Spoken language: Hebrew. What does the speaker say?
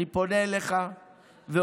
אני פונה אליך ואומר: